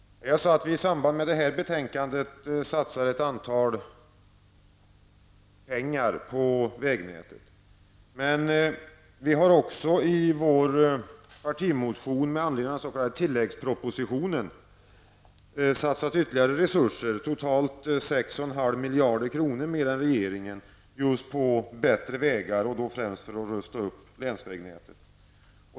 Jag sade att vi i det här betänkandet satsar pengar på vägnätet. Men vi har också i vår partimotion med anledning av den s.k. tilläggspropositionen satsat ytterligare resurser, totalt 6,5 miljarder kronor mer än regeringen, på bättre vägar och då främst för att rusta upp länsvägnätet.